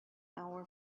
our